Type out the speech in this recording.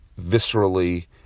viscerally